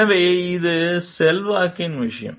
எனவே இது செல்வாக்கின் விஷயம்